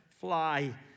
fly